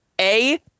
A-